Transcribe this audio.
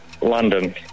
London